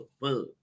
bug